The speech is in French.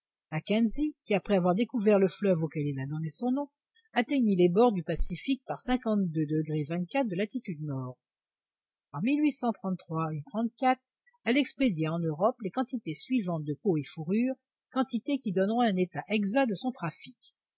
mackenzie qui après avoir découvert le fleuve auquel il a donné son nom atteignit les bords du pacifique par de latitude nord en elle expédiait en europe les quantités suivantes de peaux et fourrures quantités qui donneront un état exact de son trafic